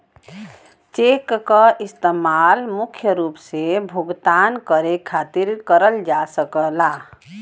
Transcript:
check क इस्तेमाल मुख्य रूप से भुगतान करे खातिर करल जा सकल जाला